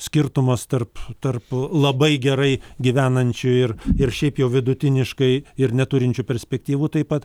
skirtumas tarp tarp labai gerai gyvenančių ir ir šiaip jau vidutiniškai ir neturinčių perspektyvų taip pat